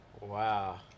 Wow